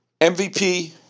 MVP